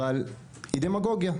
אבל היא דמגוגיה,